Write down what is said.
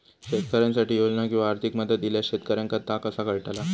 शेतकऱ्यांसाठी योजना किंवा आर्थिक मदत इल्यास शेतकऱ्यांका ता कसा कळतला?